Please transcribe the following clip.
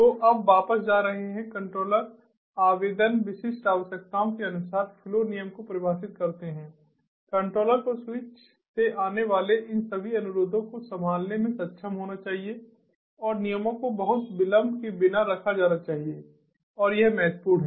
तो अब वापस जा रहे हैं कंट्रोलर आवेदन विशिष्ट आवश्यकताओं के अनुसार फ्लो नियम को परिभाषित करते हैं कंट्रोलर को स्विच से आने वाले इन सभी अनुरोधों को संभालने में सक्षम होना चाहिए और नियमों को बहुत विलंब के बिना रखा जाना चाहिए और यह महत्वपूर्ण है